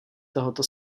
tohoto